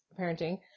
parenting